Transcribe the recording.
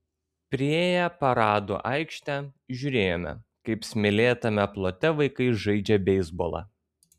priėję paradų aikštę žiūrėjome kaip smėlėtame plote vaikai žaidžia beisbolą